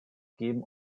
geben